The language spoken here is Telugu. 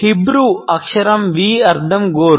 హీబ్రూ అక్షరం V అర్థం గోరు